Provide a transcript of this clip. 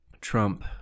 trump